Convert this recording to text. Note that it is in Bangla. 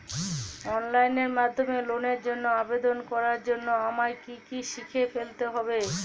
অনলাইন মাধ্যমে লোনের জন্য আবেদন করার জন্য আমায় কি কি শিখে ফেলতে হবে?